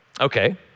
Okay